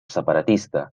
separatista